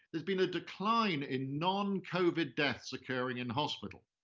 there's been a decline in non-covid deaths occurring in hospital.